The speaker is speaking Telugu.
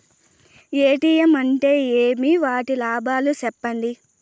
ఎ.టి.ఎం అంటే ఏమి? వాటి లాభాలు సెప్పండి?